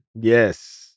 Yes